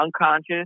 unconscious